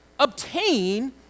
obtain